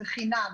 זה חינם.